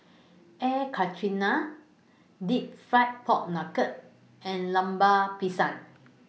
Air Karthira Deep Fried Pork Knuckle and Lemper Pisang